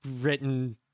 written